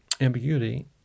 ambiguity